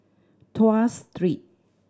Tuas Street